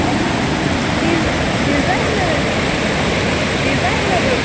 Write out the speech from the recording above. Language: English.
L P designer designer